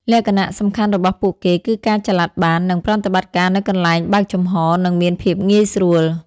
លក្ខណៈសំខាន់របស់ពួកគេគឺការចល័តបាន និងប្រតិបត្តិការនៅកន្លែងបើកចំហនឹងមានភាពងាយស្រួល ។